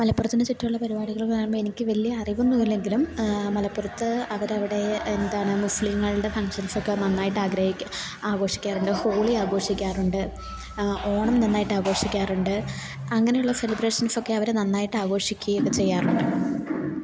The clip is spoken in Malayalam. മലപ്പുറത്തിന് ചുറ്റുമുള്ള പരിപാടികള് എന്നു പറയുമ്പോൾ എനിക്ക് വലിയ അറിവൊന്നും ഇല്ലെങ്കിലും മലപ്പുറത്ത് അവിടവിടെ എന്താണ് മുസ്ലിങ്ങളുടെ ഫംഗ്ഷൻസൊക്കെ നന്നായിട്ട് ആഗ്രഹിക്കുക ആഘോഷിക്കാറുണ്ട് ഹോളി ആഘോഷിക്കാറുണ്ട് ഓണം നന്നായിട്ട് ആഘോഷിക്കാറുണ്ട് അങ്ങനെയുള്ള സെലബ്രേഷന്സൊക്കെ അവർ നന്നായിട്ട് ആഘോഷിക്കുകയും ഒക്കെ ചെയ്യാറുണ്ട്